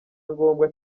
ngombwa